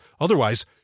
Otherwise